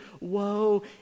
Woe